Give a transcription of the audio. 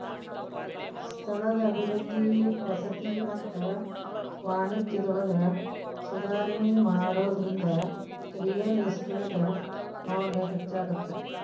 ಸ್ಥಳದ ಅಭಿವೃದ್ಧಿ ವಸತಿ ಮತ್ತ ವಾಣಿಜ್ಯದೊಳಗ ಸುಧಾರಣಿ ಮಾಡೋದ್ರಿಂದ ರಿಯಲ್ ಎಸ್ಟೇಟ್ ಮೌಲ್ಯ ಹೆಚ್ಚಾಗತ್ತ